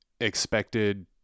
expected